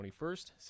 21st